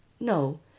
no